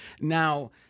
Now—